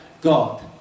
God